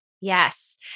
Yes